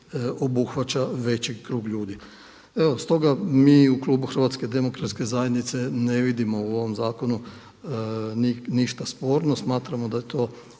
obuhvaća veći krug ljudi. Evo stoga mi u klubu HDZ-e ne vidimo u ovom zakonu ništa sporno. Smatramo da je to